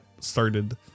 started